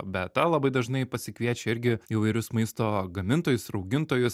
beata labai dažnai pasikviečia irgi įvairius maisto gamintojus ir augintojus